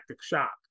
shock